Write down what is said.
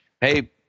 hey